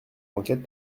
d’enquête